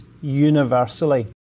universally